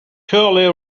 curly